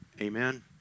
Amen